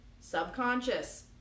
subconscious